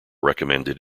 recommended